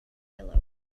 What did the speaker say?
yellow